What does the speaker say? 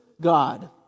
God